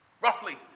roughly